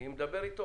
אני מדבר איתו.